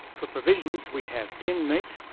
for provisions we have tinned meat,